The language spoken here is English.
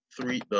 three